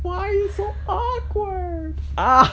why you so are are